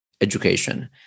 education